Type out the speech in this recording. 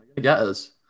Yes